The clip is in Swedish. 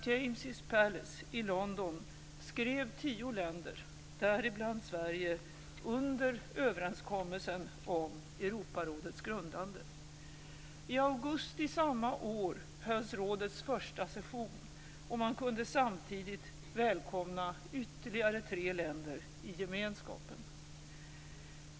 James' Palace i London, skrev tio länder - däribland Sverige - under överenskommelsen om Europarådets grundande. I augusti samma år hölls rådets första session, och man kunde samtidigt välkomna ytterligare tre länder i gemenskapen.